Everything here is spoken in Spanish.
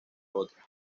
otra